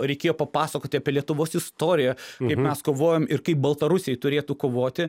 reikėjo papasakoti apie lietuvos istoriją kaip mes kovojom ir kaip baltarusiai turėtų kovoti